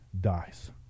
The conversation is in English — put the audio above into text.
dies